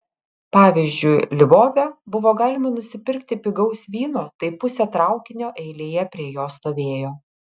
pavyzdžiui lvove buvo galima nusipirkti pigaus vyno tai pusė traukinio eilėje prie jo stovėjo